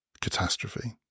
catastrophe